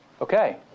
Okay